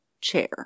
chair